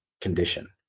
condition